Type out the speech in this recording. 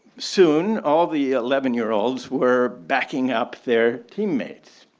soon all the eleven year olds were backing up their teammates.